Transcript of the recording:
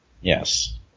Yes